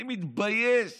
אני מתבייש